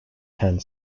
hand